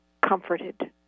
comforted